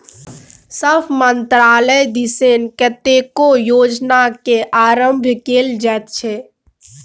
सभ मन्त्रालय दिससँ कतेको योजनाक आरम्भ कएल जाइत छै